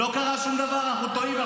לא קרה שום דבר, אנחנו טועים.